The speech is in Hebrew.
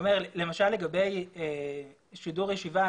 למשל לגבי שידור ישיבה,